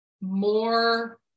more